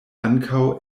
ankaŭ